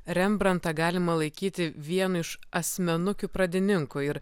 rembrantą galima laikyti vienu iš asmenukių pradininku ir